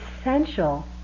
essential